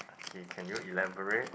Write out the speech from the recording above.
okay can you elaborate